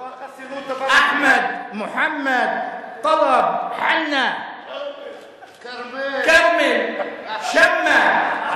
לא החסינות, אחמד, מוחמד, טלב, חנא, כרמל, שאמה,